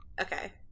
Okay